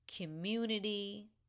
community